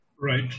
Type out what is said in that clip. Right